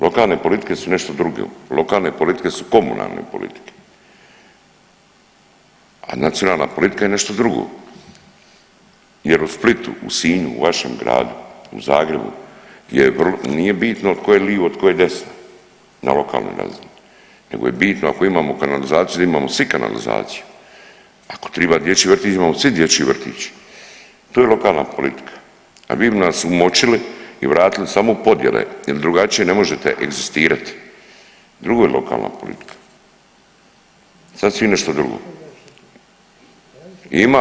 Lokalne politike su nešto drugo, lokalne politike su komunalne politike, a nacionalna politika je nešto drugo jer u Splitu, u Sinju, u vašem gradu, u Zagrebu je vrlo, nije bitno tko je livo, tko je desno na lokalnoj razini nego je bitno ako imamo kanalizaciju da imamo svi kanalizaciju, ako triba dječji vrtić imamo svi dječji vrtić, to je lokalna politika, a vi bi nas umočili i vratili samo u podjele jer drugačije ne možete egzistirati, drugo je lokalna politika, sasvim nešto drugo.